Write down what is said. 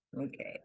okay